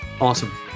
awesome